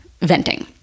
venting